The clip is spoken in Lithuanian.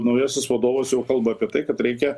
naujasis vadovas jau kalba apie tai kad reikia